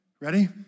ready